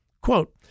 Quote